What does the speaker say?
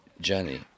journey